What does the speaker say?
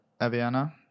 Aviana